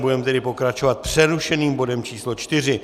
Budeme tedy pokračovat přerušeným bodem č. 4.